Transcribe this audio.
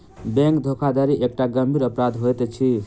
bank धोखाधड़ी एकटा गंभीर अपराध होइत अछि